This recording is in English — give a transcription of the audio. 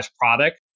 product